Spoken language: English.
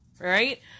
Right